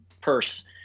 purse